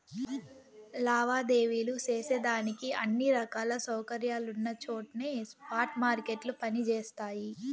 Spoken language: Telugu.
లావాదేవీలు సేసేదానికి అన్ని రకాల సౌకర్యాలున్నచోట్నే స్పాట్ మార్కెట్లు పని జేస్తయి